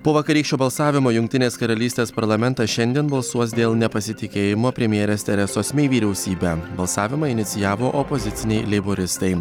po vakarykščio balsavimo jungtinės karalystės parlamentas šiandien balsuos dėl nepasitikėjimo premjerės teresos mei vyriausybe balsavimą inicijavo opoziciniai leiboristai